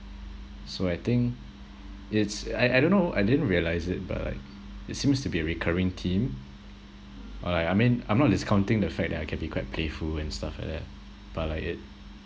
so I think it's I I don't know I didn't realise it but like it seems to be a recurring theme or like I mean I'm not discounting the fact that I can be quite playful and stuff like that but like it